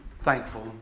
thankful